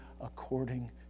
according